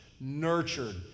nurtured